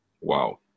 Wow